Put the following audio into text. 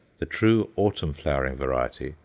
the true, autumn-flowering variety,